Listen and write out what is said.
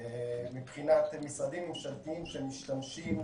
מבחינת משרדים ממשלתיים שמשתמשים